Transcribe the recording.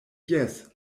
jes